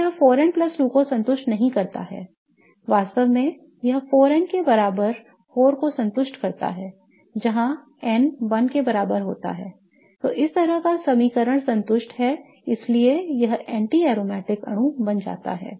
तो यह 4n 2 को संतुष्ट नहीं करता है वास्तव में यह 4n के बराबर 4 को संतुष्ट करता है जहां n 1 के बराबर होता है इस तरह का समीकरण संतुष्ट है इसलिए यह anti aromatic अणु बन जाता है